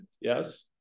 yes